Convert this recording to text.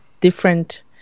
different